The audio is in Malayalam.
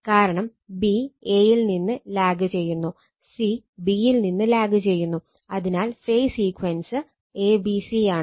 കാരണം b a യിൽ നിന്ന് ലാഗ് ചെയ്യുന്നു c b യിൽ നിന്ന് ലാഗ് ചെയ്യുന്നു അതിനാൽ phase sequence a b c ആണ്